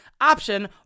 option